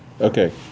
Okay